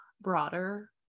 broader